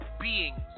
beings